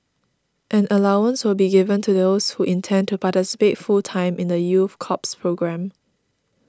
an allowance will be given to those who intend to participate full time in the youth corps programme